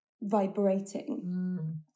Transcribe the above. vibrating